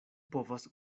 povas